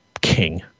king